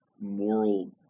moral